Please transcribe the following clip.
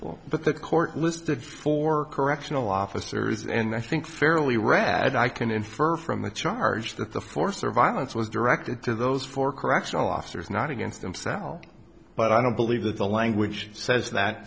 but the court listed for correctional officers and i think fairly rather i can infer from the charge that the force or violence was directed to those four correctional officers not against themselves but i don't believe that the language says that